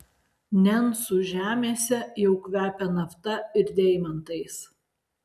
nencų žemėse jau kvepia nafta ir deimantais